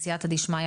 בעזרת השם,